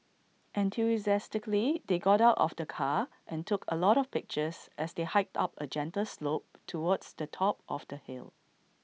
enthusiastically they got out of the car and took A lot of pictures as they hiked up A gentle slope towards the top of the hill